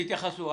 תתייחסו.